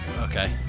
Okay